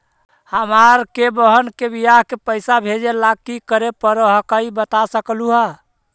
हमार के बह्र के बियाह के पैसा भेजे ला की करे परो हकाई बता सकलुहा?